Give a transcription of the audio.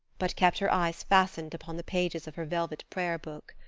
but kept her eyes fastened upon the pages of her velvet prayer-book.